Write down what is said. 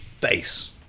base